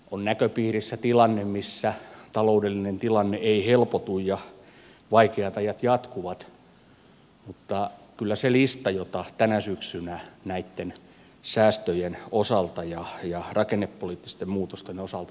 on näköpiirissä tilanne missä taloudellinen tilanne ei helpotu ja vaikeat ajat jatkuvat mutta kyllä näitten listojen joita tänä syksynä näitten säästöjen osalta ja rakennepoliittisten muutosten osalta